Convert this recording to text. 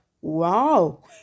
wow